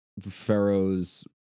Pharaoh's